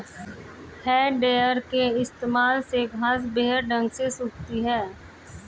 है टेडर के इस्तेमाल से घांस बेहतर ढंग से सूखती है